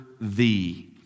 thee